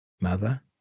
mother